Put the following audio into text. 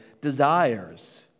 desires